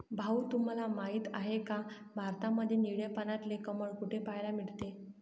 भाऊ तुम्हाला माहिती आहे का, भारतामध्ये निळे पाण्यातले कमळ कुठे पाहायला मिळते?